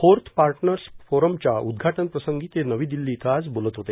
fourth partners फोरमच्या उद्घाटनप्रसंगी ते नवी दिल्ली इथं आज बोलत होते